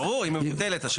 ברור, היא מבוטלת.